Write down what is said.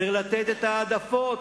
צריך לתת את ההעדפות,